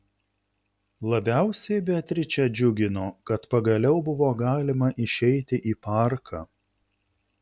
labiausiai beatričę džiugino kad pagaliau buvo galima išeiti į parką